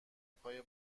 پای